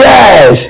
Yes